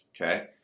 Okay